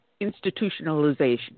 institutionalization